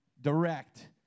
direct